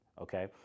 Okay